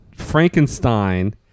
frankenstein